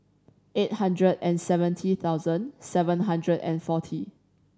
eight hundred and seventy thousand seven hundred and forty